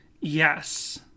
Yes